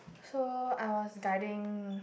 so I was guiding